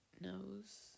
knows